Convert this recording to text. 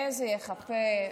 איזה יחפה?